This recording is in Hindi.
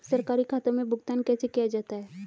सरकारी खातों में भुगतान कैसे किया जाता है?